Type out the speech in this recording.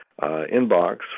inbox